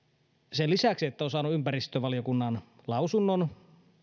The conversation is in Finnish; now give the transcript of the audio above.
sen lisäksi että on saanut ympäristövaliokunnan lausunnon